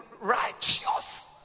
righteous